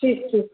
ٹھیک ٹھیک